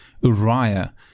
Uriah